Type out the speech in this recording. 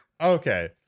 Okay